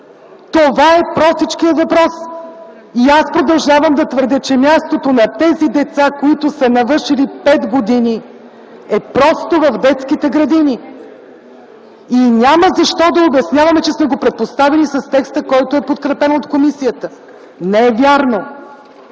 това е простичкият въпрос. Аз продължавам да твърдя, че мястото на децата, навършили 5 години, просто е в детските градини. Няма защо да обясняваме, че сме го предпоставили с текста, подкрепен от комисията, не е вярно.